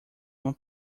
uma